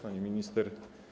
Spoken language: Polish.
Pani Minister!